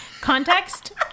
Context